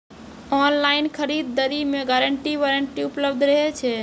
Online खरीद दरी मे गारंटी वारंटी उपलब्ध रहे छै?